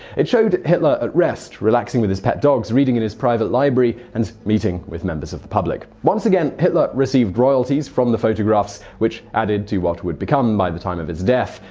it showed hitler at rest, rest, relaxing with his pet dogs, reading in his private library, and meeting with members of the public. once again hitler received royalties from the photographs which added to what would become, by the time of his death,